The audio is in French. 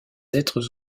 êtres